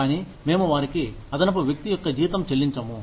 కానీ మేము వారికి అదనపు వ్యక్తి యొక్క జీతం చెల్లించము